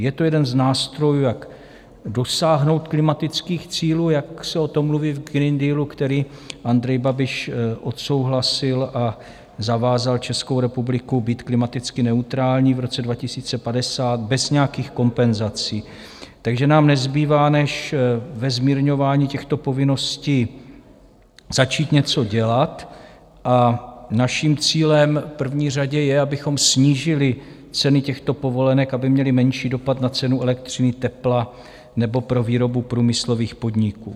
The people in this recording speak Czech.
Je to jeden z nástrojů, jak dosáhnout klimatických cílů, jak se o tom mluví v Green Dealu, který Andrej Babiš odsouhlasil a zavázal Českou republiku být klimaticky neutrální v roce 2050 bez nějakých kompenzací, takže nám nezbývá než ve zmírňování těchto povinností začít něco dělat a naším cílem v první řadě je, abychom snížili ceny těchto povolenek, aby měly menší dopad na cenu elektřiny, tepla nebo pro výrobu průmyslových podniků.